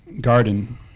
garden